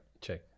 Check